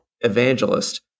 evangelist